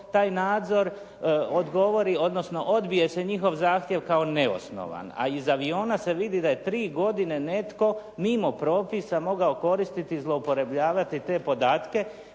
odnosno odbije se njihov zahtjev kao neosnovan, a iz aviona se vidi da je tri godine netko mimo propisa mogao koristiti i zloupotrebljavati te podatke,